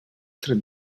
tret